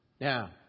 Now